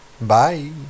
bye